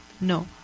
No